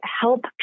help